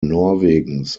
norwegens